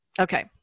Okay